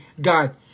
God